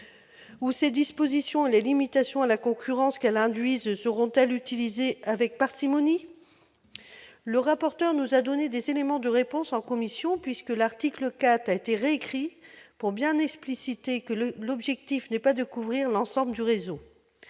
ou ces dispositions et les limitations à la concurrence qu'elles induisent seront-elles utilisées avec parcimonie ? M. le rapporteur nous a donné des éléments de réponse en commission, puisque l'article 4 a été récrit afin d'expliciter que l'objectif n'est pas de couvrir l'ensemble du réseau.